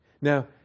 Now